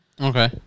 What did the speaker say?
Okay